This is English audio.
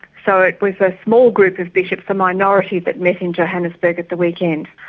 so it was a small group of bishops, a minority that met in johannesburg at the weekend.